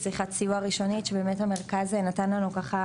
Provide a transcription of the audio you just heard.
שיחת סיוע ראשונית שבאמת המרכז נתן לנו ככה